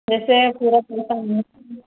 जैसे